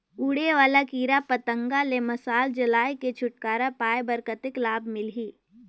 उड़े वाला कीरा पतंगा ले मशाल जलाय के छुटकारा पाय बर कतेक लाभ मिलही?